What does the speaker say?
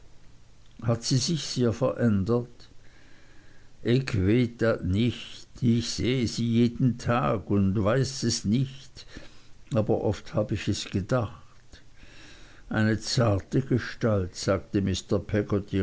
hat sie sich sehr verändert ick weet dat nich ich sehe sie jeden tag und weiß es nicht aber oft hab ich es gedacht eine zarte gestalt sagte mr